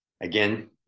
again